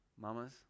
mamas